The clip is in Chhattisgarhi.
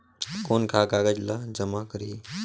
कौन का कागज ला जमा करी?